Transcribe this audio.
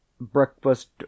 Breakfast